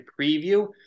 preview